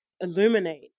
illuminate